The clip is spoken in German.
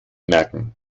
merken